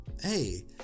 hey